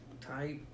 type